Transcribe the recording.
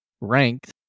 ranked